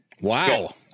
Wow